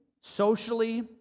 socially